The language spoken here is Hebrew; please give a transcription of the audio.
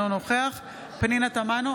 אינו נוכח פנינה תמנו,